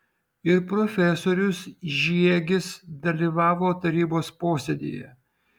ir profesorius žiegis dalyvavo tarybos posėdyje